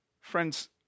friends